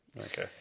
Okay